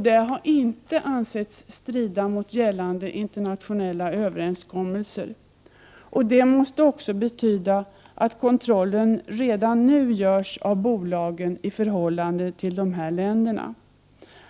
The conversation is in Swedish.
Det har inte ansetts strida mot gällande internationella överenskommelser. Det måste också betyda att kontrollen redan nu görs av bolagen i förhållande till dessa länder.